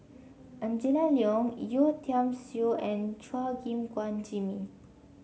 Angela Liong Yeo Tiam Siew and Chua Gim Guan Jimmy